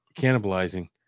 cannibalizing